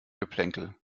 geplänkel